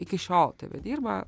iki šiol tebedirba